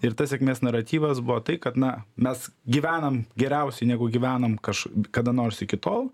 ir tas sėkmės naratyvas buvo tai kad na mes gyvenam geriausiai negu gyvenom kaž kada nors iki tol